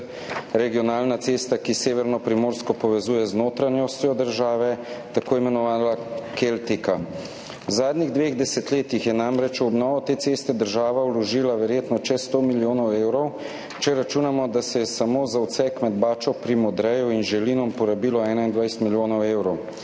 regionalno cesto, ki severno Primorsko povezuje z notranjostjo države, tako imenovano Keltiko. V zadnjih dveh desetletjih je namreč v obnovo te ceste država vložila verjetno čez 100 milijonov evrov, če računamo, da se je samo za odsek med Bačo pri Modreju in Želinom porabilo 21 milijonov evrov.